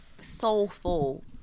soulful